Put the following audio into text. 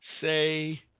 say